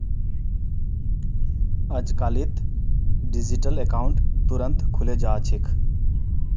अजकालित digital account तुरंत खुले जा छेक